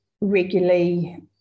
regularly